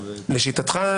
לשיטתך,